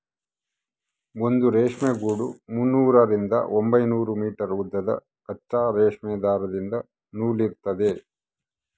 ಒಂದು ರೇಷ್ಮೆ ಗೂಡು ಮುನ್ನೂರರಿಂದ ಒಂಬೈನೂರು ಮೀಟರ್ ಉದ್ದದ ಕಚ್ಚಾ ರೇಷ್ಮೆ ದಾರದಿಂದ ನೂಲಿರ್ತದ